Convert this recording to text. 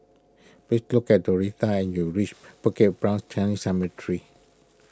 please look at Doretta and you reach Bukit Brown Chinese Cemetery